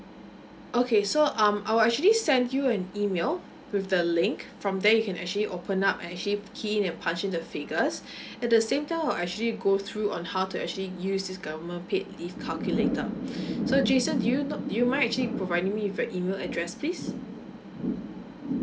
okay so um I will actually send you an email with the link from there you can actually open up and actually key in and punch in the figures at the same time I will actually go through on how to actually use this government paid leave calculator so jason do you not do you might actually provide me with your email address please